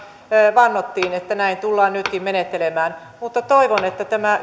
vannotun että näin tullaan nytkin menettelemään mutta toivon että tämä